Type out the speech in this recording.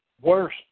Worse